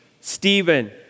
Stephen